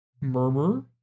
Murmur